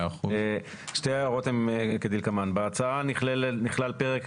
שתי ההערות הן כדלקמן, בהצעה נכלל פרק